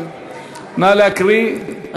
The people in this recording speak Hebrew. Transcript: נא להקריא.